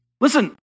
Listen